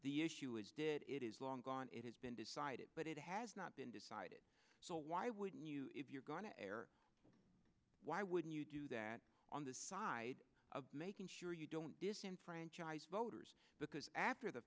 the issue is did it is long gone it has been decided but it has not been decided so why would you if you're going to err why would you do that on the side of making sure you don't disenfranchise voters because after the